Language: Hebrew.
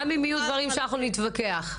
גם אם יהיו דברים שאנחנו נתווכח עליהם.